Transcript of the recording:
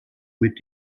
mit